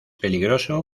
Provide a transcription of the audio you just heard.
peligroso